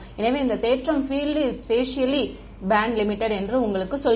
எனவே இந்த தேற்றம் பீல்ட் ல் ஸ்பேசியலி பேண்ட் லிமிடெட் என்று உங்களுக்குச் சொல்கிறது